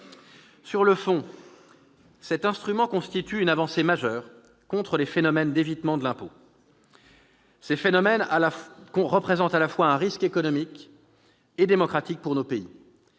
Sur le fond, cet instrument constitue une avancée majeure contre les phénomènes d'évitement de l'impôt, qui présentent un risque à la fois économique et démocratique pour nos pays.